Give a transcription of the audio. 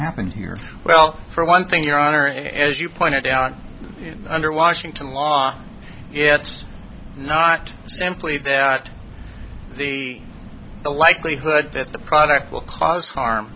happened here well for one thing your honor as you pointed out under washington law yet it's not simply that the the likelihood that the product will cause harm